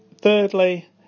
thirdly